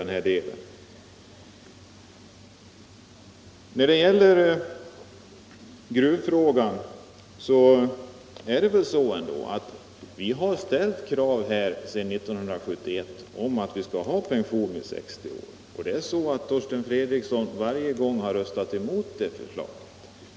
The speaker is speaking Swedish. När det gäller gruvfrågan har vi sedan 1971 ställt krav på pension vid 60 år. Torsten Fredriksson har varje gång röstat emot det förslaget.